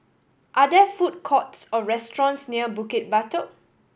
are there food courts or restaurants near Bukit Batok